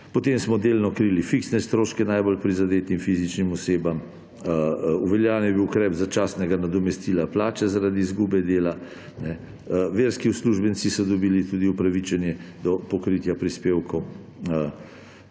Potem smo delno krili fiksne stroške najbolj prizadetim fizičnim osebam, uveljavljen je bil ukrep začasnega nadomestila plače zaradi izgube dela, verski uslužbenci so dobili tudi upravičenje do pokritja prispevkov,